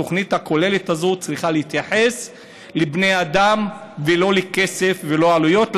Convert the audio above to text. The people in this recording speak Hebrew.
התוכנית הכוללת הזאת צריכה להתייחס לבני אדם ולא לכסף ולא לעלויות.